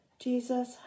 Jesus